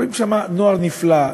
רואים שם נוער נפלא,